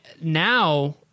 now